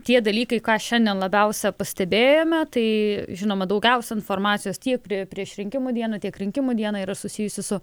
tie dalykai ką šiandien labiausia pastebėjome tai žinoma daugiausia informacijos tiek prieš rinkimų dieną tiek rinkimų dieną yra susijusi su